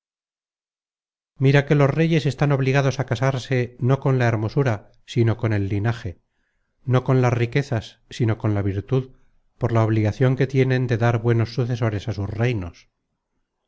mira que los reyes están obligados á casarse no con la hermosura sino con el linaje no con las riquezas sino con la virtud por la obligacion que tienen de dar buenos sucesores á sus reinos